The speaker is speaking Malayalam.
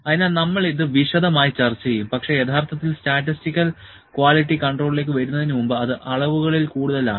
അതിനാൽ നമ്മൾ ഇത് വിശദമായി ചർച്ച ചെയ്യും പക്ഷേ യഥാർത്ഥത്തിൽ സ്റ്റാറ്റിസ്റ്റിക്കൽ ക്വാളിറ്റി കൺട്രോളിലേക്ക് വരുന്നതിനുമുമ്പ് അത് അളവുകളിൽ കൂടുതലാണ്